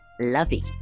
lovey